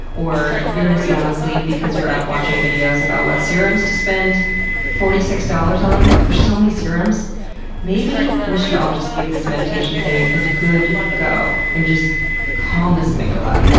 or you're missing out on sleep because you're up watching videos about what serums to spend forty six dollars on there are so many serums maybe we should all just give this meditation thing a good go and just calm this amygdala.